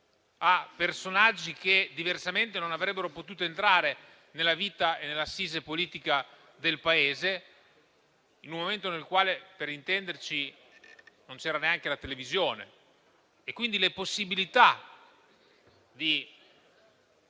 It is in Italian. a personaggi che, diversamente, non avrebbero potuto entrare nella vita e nell'assise politica del Paese. Era un momento nel quale non c'era neanche la televisione e, quindi, non c'era le possibilità di